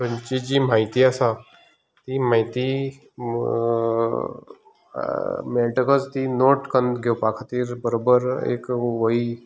थंयची जी म्हायती आसा ती म्हायती मेळटकच ती नोट करून घेवपा खातीर बरोबर एक वही